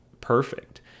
perfect